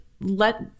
Let